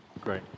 Great